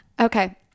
Okay